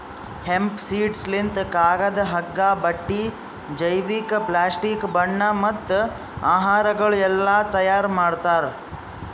hemp seeds ಲಿಂತ್ ಕಾಗದ, ಹಗ್ಗ, ಬಟ್ಟಿ, ಜೈವಿಕ, ಪ್ಲಾಸ್ಟಿಕ್, ಬಣ್ಣ ಮತ್ತ ಆಹಾರಗೊಳ್ ಎಲ್ಲಾ ತೈಯಾರ್ ಮಾಡ್ತಾರ್